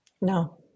no